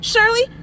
Shirley